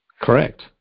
Correct